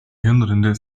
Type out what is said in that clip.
hirnrinde